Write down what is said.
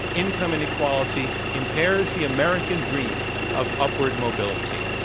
income inequality impairs the american dream of upward mobility.